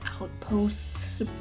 outposts